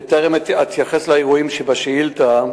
בטרם אתייחס לאירועים שבשאילתא,